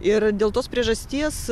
ir dėl tos priežasties